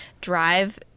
drive